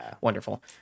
wonderful